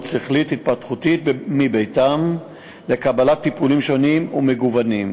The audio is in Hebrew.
שכלית-התפתחותית מביתם לקבלת טיפולים שונים ומגוונים.